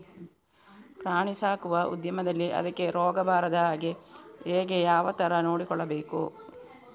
ಪ್ರಾಣಿ ಸಾಕುವ ಉದ್ಯಮದಲ್ಲಿ ಅದಕ್ಕೆ ರೋಗ ಬಾರದ ಹಾಗೆ ಹೇಗೆ ಯಾವ ತರ ನೋಡಿಕೊಳ್ಳಬೇಕು?